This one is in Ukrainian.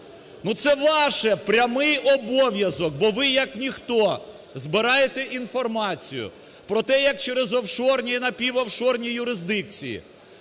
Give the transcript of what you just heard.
це ваш прямий обов'язок. Бо ви, як ніхто, збираєте інформацію про те, як через офшорні інапівофшорні юрисдикції